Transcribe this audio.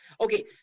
Okay